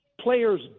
players